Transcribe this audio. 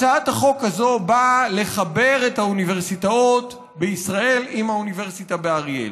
הצעת החוק הזו באה לחבר את האוניברסיטאות בישראל עם האוניברסיטה באריאל,